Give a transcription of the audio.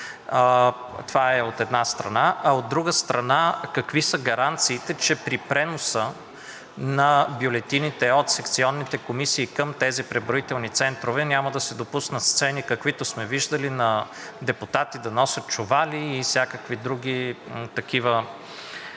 Това е от една страна. А от друга страна, какви са гаранциите, че при преноса на бюлетините от секционните комисии към тези преброителни центрове няма да се допуснат сцени, каквито сме виждали на депутати да носят чували и всякакви други такива